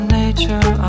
nature